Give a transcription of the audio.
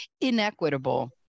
inequitable